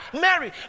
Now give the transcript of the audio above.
Mary